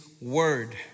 word